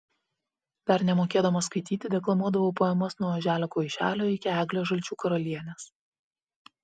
dar nemokėdama skaityti deklamuodavau poemas nuo oželio kvaišelio iki eglės žalčių karalienės